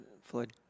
Floyd